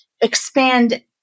expand